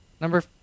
Number